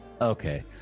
Okay